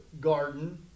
garden